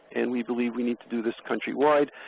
and we believe we need to do this countrywide.